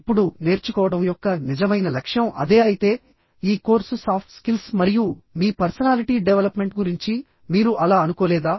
ఇప్పుడు నేర్చుకోవడం యొక్క నిజమైన లక్ష్యం అదే అయితే ఈ కోర్సు సాఫ్ట్ స్కిల్స్ మరియు మీ పర్సనాలిటీ డెవలప్మెంట్ గురించి మీరు అలా అనుకోలేదా